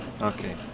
Okay